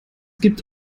gibt